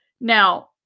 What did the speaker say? Now